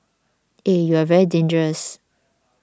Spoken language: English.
eh you are very dangerous